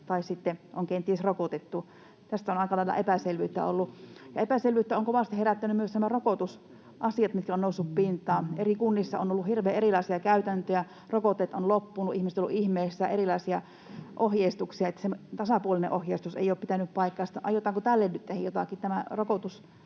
tai sitten on kenties rokotettu. Tästä on aika lailla epäselvyyttä ollut. Epäselvyyttä ovat kovasti herättäneet myös nämä rokotusasiat, mitkä ovat nousseet pintaan: Eri kunnissa on ollut hirveän erilaisia käytäntöjä, rokotteet ovat loppuneet, ihmiset ovat olleet ihmeissään, on ollut erilaisia ohjeistuksia, eli se tasapuolinen ohjeistus ei ole pitänyt paikkaansa. Aiotaanko tälle nyt tehdä jotakin? Myös